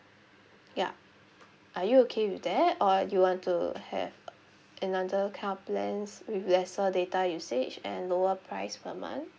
ya are you okay with that or you want to have another kind of plans with lesser data usage and lower price per month